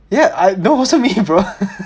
ya I no it wasn't me bro